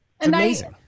Amazing